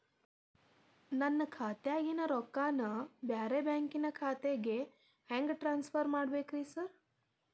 ನನ್ನ ಖಾತ್ಯಾಗಿನ ರೊಕ್ಕಾನ ಬ್ಯಾರೆ ಬ್ಯಾಂಕಿನ ಖಾತೆಗೆ ಹೆಂಗ್ ಟ್ರಾನ್ಸ್ ಪರ್ ಮಾಡ್ಬೇಕ್ರಿ ಸಾರ್?